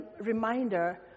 reminder